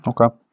okay